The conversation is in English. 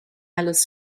alice